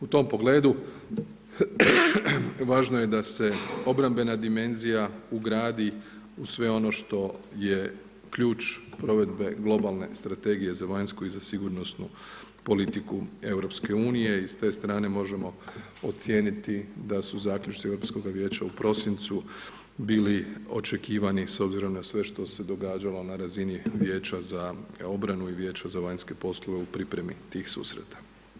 U tom pogledu važno je da se obrambena dimenzija ugradi u sve ono što je ključ provedbe globalne strategije za vanjsku i za sigurnosnu politiku Europske unije i s te strane možemo ocijeniti da su zaključci Europskoga vijeća u prosincu bili očekivani s obzirom na sve što se događalo na razini Vijeća za obranu i Vijeća za vanjske poslove u pripremi tih susreta.